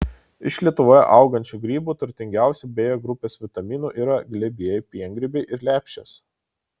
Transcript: iš lietuvoje augančių grybų turtingiausi b grupės vitaminų yra glebieji piengrybiai ir lepšės